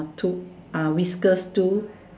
two whiskers too